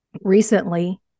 recently